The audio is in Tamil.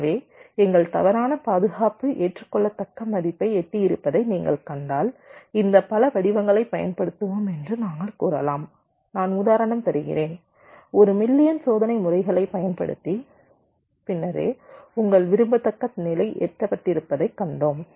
எனவே எங்கள் தவறான பாதுகாப்பு ஏற்றுக்கொள்ளத்தக்க மதிப்பை எட்டியிருப்பதை நீங்கள் கண்டால் இந்த பல வடிவங்களைப் பயன்படுத்துவோம் என்று நாங்கள் கூறலாம் நான் உதாரணம் தருகிறேன் 1 மில்லியன் சோதனை முறைகளைப் பயன்படுத்திய பின்னரே உங்கள் விரும்பத்தக்க நிலை எட்டப்பட்டிருப்பதைக் கண்டோம்